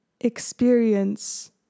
experience